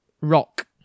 rock